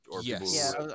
Yes